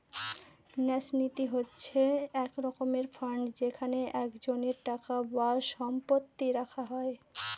ন্যাস নীতি হচ্ছে এক রকমের ফান্ড যেখানে একজনের টাকা বা সম্পত্তি রাখা হয়